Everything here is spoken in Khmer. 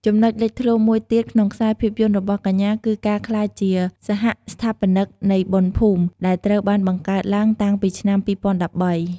ចំណុចលេចធ្លោមួយទៀតក្នុងខ្សែជីវិតរបស់កញ្ញាគឺការក្លាយជា សហស្ថាបនិកនៃបុណ្យភូមិ ដែលត្រូវបានបង្កើតឡើងតាំងពីឆ្នាំ ២០១៣។